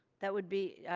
that would be,